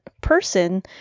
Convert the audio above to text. person